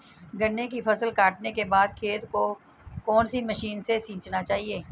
गन्ने की फसल काटने के बाद खेत को कौन सी मशीन से सींचना चाहिये?